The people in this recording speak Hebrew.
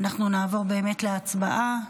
אנחנו נעבור באמת להצבעה.